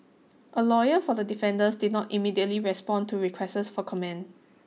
a lawyer for the defenders did not immediately respond to requests for comment